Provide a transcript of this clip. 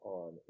on